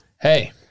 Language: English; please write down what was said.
Hey